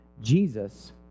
Jesus